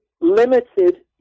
limited